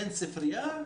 אין ספרייה,